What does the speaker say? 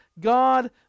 God